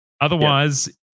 Otherwise